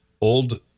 old